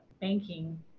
banking